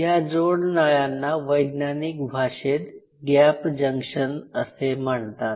या जोड नळयांना वैज्ञानिक भाषेत गॅप जंक्शन असे म्हणतात